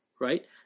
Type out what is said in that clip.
right